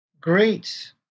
great